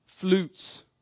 flutes